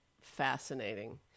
fascinating